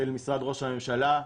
של משרד ראש הממשלה,